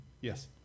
yes